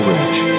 Ridge